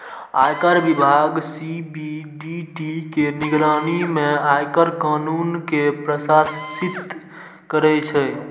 आयकर विभाग सी.बी.डी.टी के निगरानी मे आयकर कानून कें प्रशासित करै छै